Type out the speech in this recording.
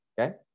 okay